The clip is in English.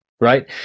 right